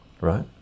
right